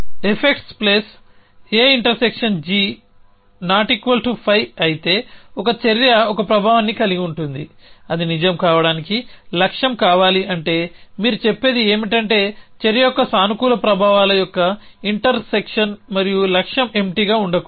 effects∩g≠5 అయితే ఒక చర్య ఒక ప్రభావాన్ని కలిగి ఉంటుంది అది నిజం కావడానికి లక్ష్యం కావాలి అంటే మీరు చెప్పేది ఏమిటంటే చర్య యొక్క సానుకూల ప్రభావాల యొక్క ఇంటర్ సెక్షన్ మరియు లక్ష్యం ఎంప్టీగా ఉండకూడదు